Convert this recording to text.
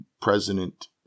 President